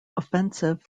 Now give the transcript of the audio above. offensive